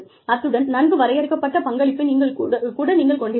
அத்துடன் நன்கு வரையறுக்கப்பட்ட பங்களிப்பைக் கூட நீங்கள் கொண்டிருக்கலாம்